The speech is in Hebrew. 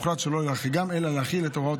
הוחלט שלא להחריגם אלא להחיל את הוראות